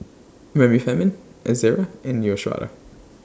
Remifemin Ezerra and Neostrata